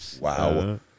Wow